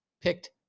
picked